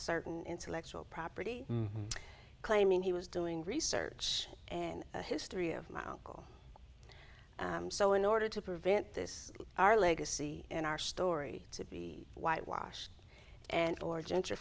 certain intellectual property claiming he was doing research and a history of my uncle so in order to prevent this our legacy and our story to be whitewashed and or gen